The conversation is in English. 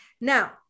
Now